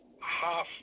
half